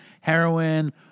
heroin